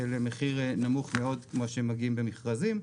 מחיר נמוך מאוד כמו שמגיעים במכרזים.